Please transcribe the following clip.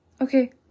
okay